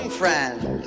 friend